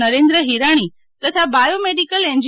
નરેન્દ્ર હિરાણી તથા bio medical એન્જી